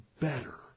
better